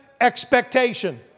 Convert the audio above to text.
expectation